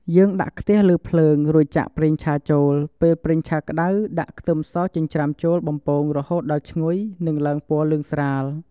យើងដាក់ខ្ទះលើភ្លើង រួចចាក់ប្រេងឆាចូល ពេលប្រេងក្ដៅ ដាក់ខ្ទឹមសចិញ្ច្រាំចូលបំពងរហូតដល់ឈ្ងុយនិងឡើងពណ៌លឿងស្រាល។